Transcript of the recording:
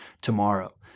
tomorrow